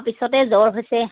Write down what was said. তাৰপিছতে জ্বৰ হৈছে